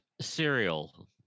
cereal